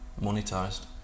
monetized